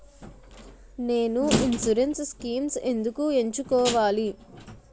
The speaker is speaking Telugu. నేను ఇన్సురెన్స్ స్కీమ్స్ ఎందుకు ఎంచుకోవాలి?